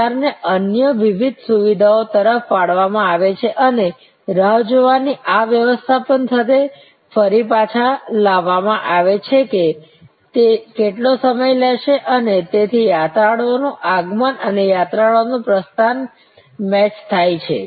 કતારને અન્ય વિવિધ સુવિધાઓ તરફ વાળવામાં આવે છે અને રાહ જોવાની આ વ્યવસ્થાપન સાથે ફરી પાછા લાવવામાં આવે છે કે તે કેટલો સમય લેશે અને તેથી યાત્રાળુઓનું આગમન અને યાત્રાળુઓનું પ્રસ્થાન મેચ થાય છે